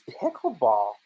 pickleball